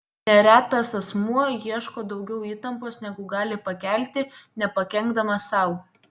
neretas asmuo ieško daugiau įtampos negu gali pakelti nepakenkdamas sau